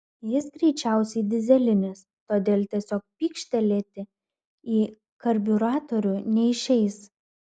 jis greičiausiai dyzelinis todėl tiesiog pykštelėti į karbiuratorių neišeis